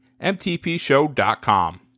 mtpshow.com